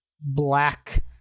black